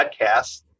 podcast